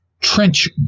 trench